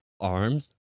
arms